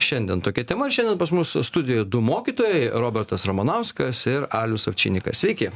šiandien tokia tema ir šiandien pas mus studijoj du mokytojai robertas ramanauskas ir alius avčinikas sveiki